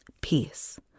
peace